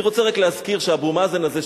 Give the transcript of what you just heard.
אני רוצה רק להזכיר שאבו מאזן הזה,